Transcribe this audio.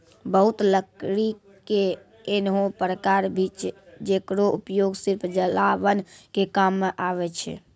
बहुत लकड़ी के ऐन्हों प्रकार भी छै जेकरो उपयोग सिर्फ जलावन के काम मॅ आवै छै